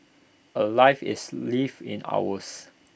A life is lived in hours